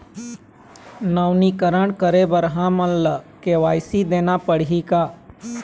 नवीनीकरण करे बर हमन ला के.वाई.सी देना पड़ही का?